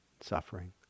suffering